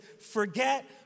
forget